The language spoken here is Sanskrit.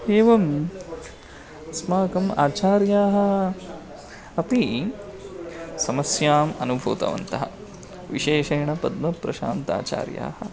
एवम् अस्माकम् आचार्याः अपि समस्याम् अनुभूतवन्तः विशेषेण पद्मप्रशान्ताचार्याः